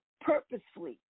purposefully